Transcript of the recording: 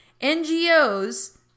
NGOs